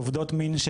עובדות מין,